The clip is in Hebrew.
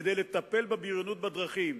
כדי לטפל בבריונות בדרכים.